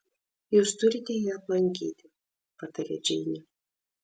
jūs turite jį aplankyti pataria džeinė